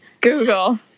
Google